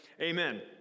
Amen